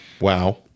Wow